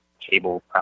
cable